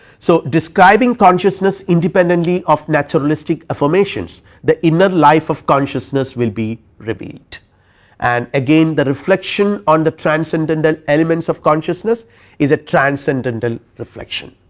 so, describing consciousness independently of naturalistic affirmations the inner life of consciousness will be revealed and again the reflection on the transcendental elements of consciousness is a transcendental reflection.